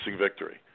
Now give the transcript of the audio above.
victory